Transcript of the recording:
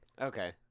Okay